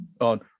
on